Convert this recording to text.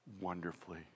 wonderfully